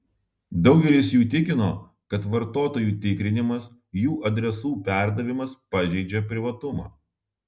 daugelis jų tikino kad vartotojų tikrinimas jų adresų perdavimas pažeidžia privatumą